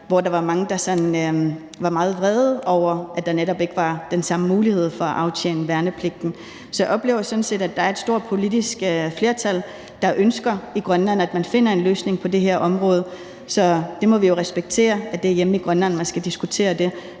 hvor der var mange, der var meget vrede over, at der netop ikke var den samme mulighed for at aftjene værnepligten. Så jeg oplever sådan set, at der er et stort politisk flertal i Grønland, der ønsker, at man finder en løsning på det her område. Så vi må respektere, at det er hjemme i Grønland, man skal diskutere det,